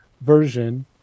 version